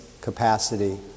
capacity